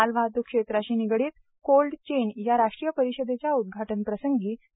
मालवाहतूक क्षेत्राशी निगडीत कोल्ड चेन या राष्ट्रीय परिषदेच्या उद्घाटनप्रसंगी राज्यपाल श्री